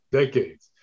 decades